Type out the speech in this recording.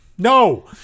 No